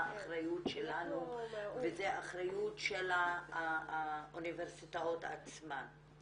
והאחריות שלנו וזו אחריות של האוניברסיטאות עצמן.